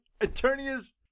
Attorney's